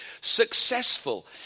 successful